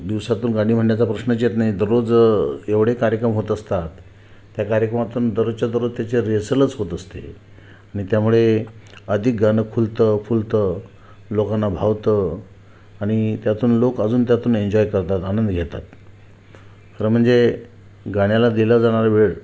दिवसातून गाणी म्हणण्याचा प्रश्नच येत नाही दररोज एवढे कार्यक्रम होत असतात त्या कार्यक्रमातून दरोजच्या दररोज तेच्या रिहर्सलच होत असते आणि त्यामुळे अधिक गाणं खुलतं फुलतं लोकांना भावतं आणि त्यातून लोक अजून त्यातून एन्जॉय करतात आनंद घेतात खरं म्हणजे गाण्याला दिला जाणारा वेळ